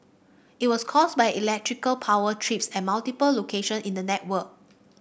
it was caused by electrical power trips at multiple location in the network